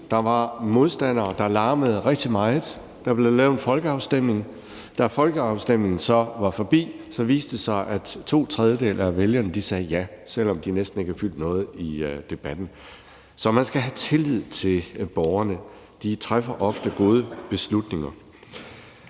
Der var modstandere, der larmede rigtig meget. Der blev lavet en folkeafstemning, og da folkeafstemningen så var forbi, viste det sig, at to tredjedele af vælgerne sagde ja, selv om de næsten ikke havde fyldt noget i debatten. Så man skal have tillid til borgerne. De træffer ofte gode beslutninger.